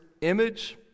image